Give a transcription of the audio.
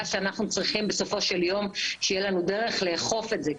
שאנחנו צריכים בסופו של יום שתהיה לנו דרך לאכוף את זה.